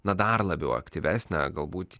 na dar labiau aktyvesnė galbūt